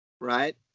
right